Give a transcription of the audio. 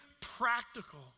practical